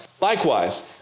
Likewise